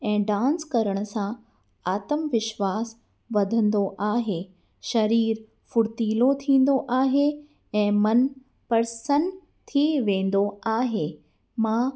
ऐं डांस करण सां आत्मविश्वास वधंदो आहे शरीर फुर्तीलो थींदो आहे ऐं मनु प्रसन्न थी वेंदो आहे मां